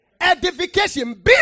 edification